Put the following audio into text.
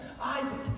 Isaac